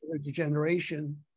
degeneration